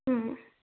হুম